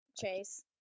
Chase